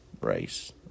race